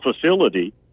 facility